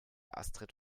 astrid